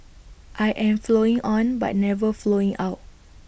I am flowing on but never flowing out